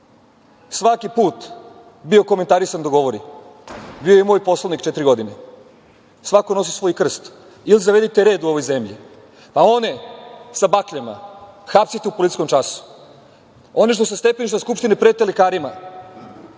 svaki put bio komentarisan da govori, bio je i moj poslanik četiri godine. Svako nosi svoj krst. Ili zavedite red u ovoj zemlji, a one sa bakljama, hapsite u policijskom času. One što sa stepeništa Skupštine prete lekarima,